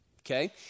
okay